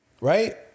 Right